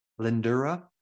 Lindura